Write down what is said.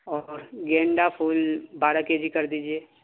اور گیندا پھول بارہ کے جی کر دیجیے